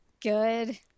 Good